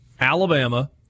Alabama